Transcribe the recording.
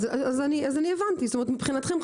אז אני הבנתי מבחינתכם,